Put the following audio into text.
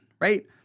right